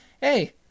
hey